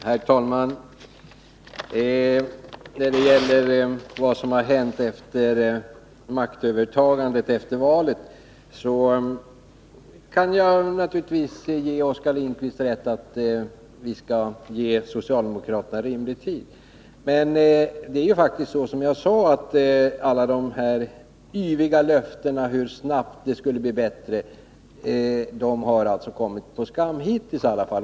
Herr talman! När det gäller vad som hänt efter socialdemokraternas maktövertagande efter valet kan jag naturligtvis ge Oskar Lindkvist rätt i att vi skall ge socialdemokraterna rimlig tid. Men det är faktiskt så som jag sade, att alla dessa yviga löften om hur snabbt det skulle bli bättre har kommit på skam -— i varje fall hittills.